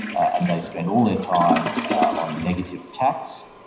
and they spent all their time on negative tacts.